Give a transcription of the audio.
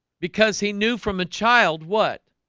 because he knew from a child what